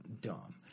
dumb